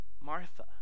Martha